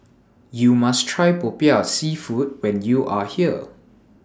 YOU must Try Popiah Seafood when YOU Are here